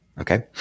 Okay